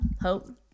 hope